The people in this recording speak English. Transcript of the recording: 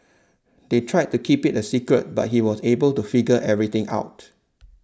they tried to keep it a secret but he was able to figure everything out